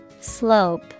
Slope